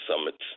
summits